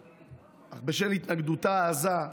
אך בשל התנגדותה העזה,